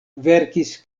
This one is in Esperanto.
verkis